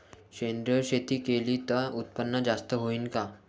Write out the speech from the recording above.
सेंद्रिय शेती केली त उत्पन्न जास्त होईन का?